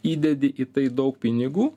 įdedi į tai daug pinigų